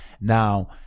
now